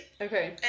Okay